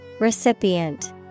recipient